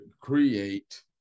create